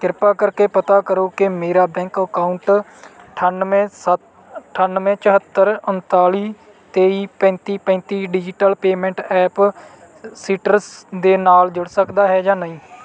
ਕਿਰਪਾ ਕਰਕੇ ਪਤਾ ਕਰੋ ਕਿ ਮੇਰਾ ਬੈਂਕ ਅਕਾਊਂਟ ਅਠਾਨਵੇਂ ਸੱਤ ਅਠਾਨਵੇਂ ਚੁਹੱਤਰ ਉਨਤਾਲੀ ਤੇਈ ਪੈਂਤੀ ਪੈਂਤੀ ਡਿਜਿਟਲ ਪੇਮੈਂਟ ਐਪ ਸੀਟਰਸ ਦੇ ਨਾਲ ਜੁੜ ਸਕਦਾ ਹੈ ਜਾਂ ਨਹੀਂ